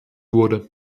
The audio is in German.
wurde